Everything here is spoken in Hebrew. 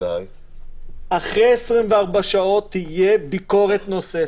אחרי 24 שעות תהיה ביקורת נוספת,